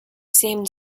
same